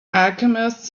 alchemist